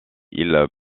ils